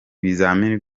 ibizamini